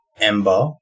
ember